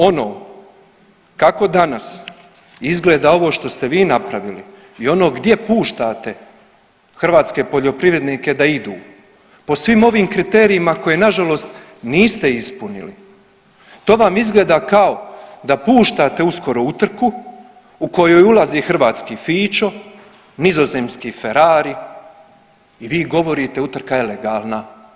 Ono kako danas izgleda ovo što ste vi napravili i ono gdje puštate hrvatske poljoprivrednike da idu po svim ovim kriterijima koje na žalost niste ispunili to vam izgleda kao da puštate uskoro utrku u koju ulazi hrvatski Fićo, nizozemski Ferrari i vi govorite utrka je legalna.